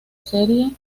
serie